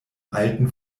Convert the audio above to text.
alten